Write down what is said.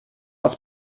auf